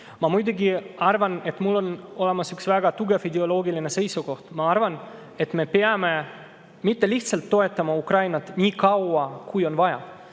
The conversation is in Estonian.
Ma muidugi arvan, et mul on olemas üks väga tugev ideoloogiline seisukoht: me peame mitte lihtsalt toetama Ukrainat nii kaua, kui on vaja,